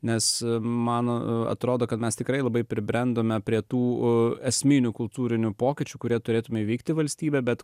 nes mano atrodo kad mes tikrai labai pribrendome prie tų esminių kultūrinių pokyčių kurie turėtumei vykti valstybę bet